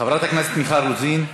חברת הכנסת מיכל רוזין,